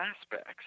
aspects